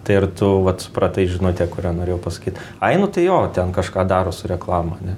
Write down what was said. tai ir tu vat supratai žinutę kurią norėjau pasakyt ai nu tai jo ten kažką daro su reklama